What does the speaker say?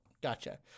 gotcha